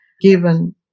given